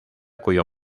cuyo